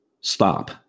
stop